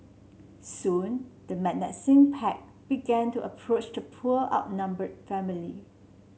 soon the menacing pack began to approach the poor outnumbered family